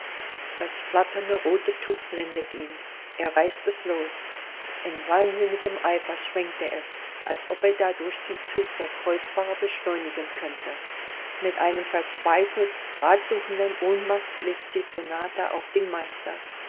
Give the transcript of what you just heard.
das flatternde rote tuch blendet ihn er reißt es los in wahnsinnigem eifer schwenkt er es als ob er dadurch den zug der kreuzfahrer beschleunigen könnte mit einem verzweifelt ratsuchenden ohnmachtsblick sieht renata auf den meister